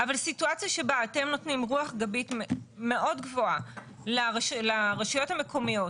אבל סיטואציה שבה אתם נותנים רוח גבית מאוד גבוהה לרשויות המקומיות,